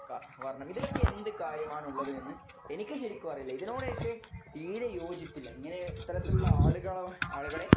ക വർണ്ണം ഇതിലൊക്കെ എന്ത് കാര്യമാണുള്ളത് എന്ന് എനിക്ക് ശരിക്കും അറിയില്ല ഇതിനോടൊക്കെ തീരെ യോജിപ്പില്ല എങ്ങനെ ഇത്തരത്തിലുള്ള ആളുകളോ ആളുകളെ